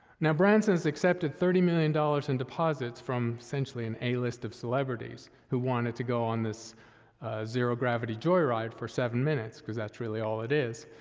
now, branson's accepted thirty million dollars in deposits from essentially an a-list of celebrities who wanted to go on this zero-gravity joyride for seven minutes cause that's really all it is.